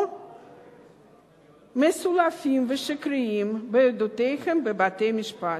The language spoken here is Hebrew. או מסולפים ושקריים, בעדותיהם בבתי-המשפט.